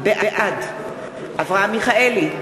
אינו נוכח אברהם מיכאלי,